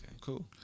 cool